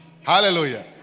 Hallelujah